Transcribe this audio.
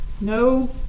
No